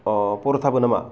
अ पर'थाबो नामा